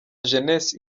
jeunesse